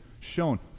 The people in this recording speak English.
shown